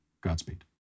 Godspeed